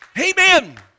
Amen